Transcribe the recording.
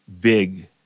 big